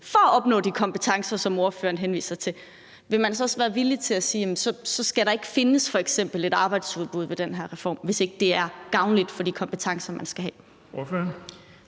til at opnå de kompetencer, som ordføreren henviser til, så også vil være villig til at sige, at så skal der ikke findes et arbejdsudbud med den her reform, altså hvis det ikke er gavnligt i forhold til de kompetencer, man skal have?